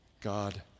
God